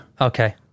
Okay